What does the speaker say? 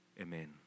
Amen